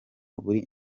buri